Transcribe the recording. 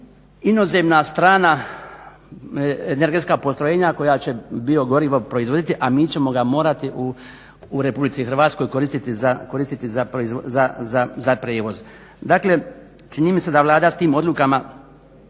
inozemna strana energetska postrojenja koja će biogorivo proizvoditi, a mi ćemo ga morati u RH koristiti za prijevoz. Dakle, čini mi se da Vlada s tim odlukama